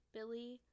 Billy